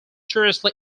seriously